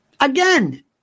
Again